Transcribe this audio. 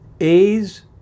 A's